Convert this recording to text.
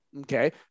Okay